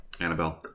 annabelle